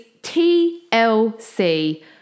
TLC